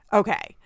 okay